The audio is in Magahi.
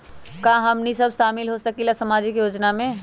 का हमनी साब शामिल होसकीला सामाजिक योजना मे?